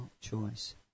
choice